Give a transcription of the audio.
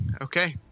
Okay